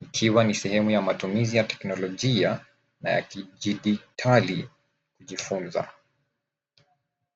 ikiwa ni sehemu ya matumizi ya teknolojia na kijdijitali kujifunza.